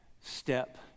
step